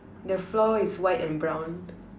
the floor is white and brown